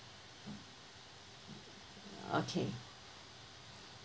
okay